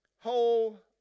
whole